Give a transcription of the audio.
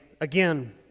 again